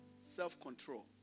Self-control